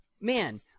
man